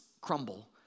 crumble